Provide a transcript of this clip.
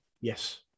Yes